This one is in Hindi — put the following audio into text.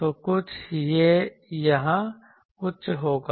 तो कुछ यह यहाँ उच्च होगा